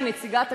היא נציגת הכנסת.